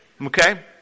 Okay